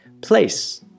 Place